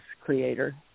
creator